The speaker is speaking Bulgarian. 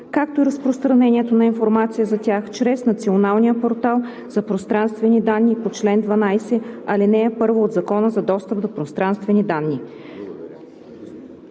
както и разпространението на информация за тях чрез Националния портал за пространствени данни по чл. 12, ал. 1 от Закона за достъп до пространствени данни“.“